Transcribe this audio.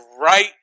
right